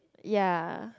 ya